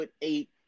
eight